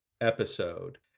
episode